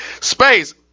Space